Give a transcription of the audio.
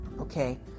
okay